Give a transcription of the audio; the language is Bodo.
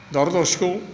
दावराव दावसिखौ